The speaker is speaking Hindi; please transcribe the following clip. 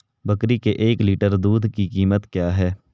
बकरी के एक लीटर दूध की कीमत क्या है?